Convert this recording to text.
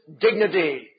dignity